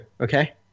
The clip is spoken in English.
Okay